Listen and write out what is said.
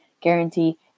guarantee